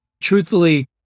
Truthfully